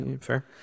Fair